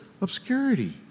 obscurity